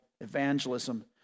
evangelism